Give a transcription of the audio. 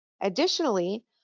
Additionally